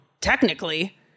technically